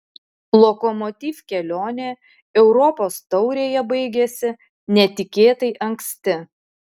lokomotiv kelionė europos taurėje baigėsi netikėtai anksti